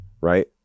right